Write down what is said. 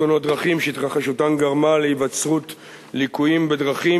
תאונות דרכים שהתרחשותן גרמה להיווצרות ליקויים בדרכים,